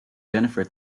jennifer